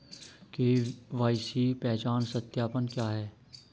KYC पहचान सत्यापन क्या है?